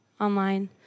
online